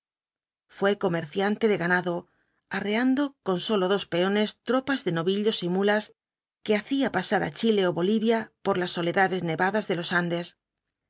fué comerciante de ganado arreando con sólo dos peones tropas de novillos y muías que hacía pasar á chile ó bolivia por las soledades nevadas de los andes